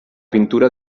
pintura